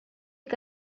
que